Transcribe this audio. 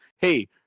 Hey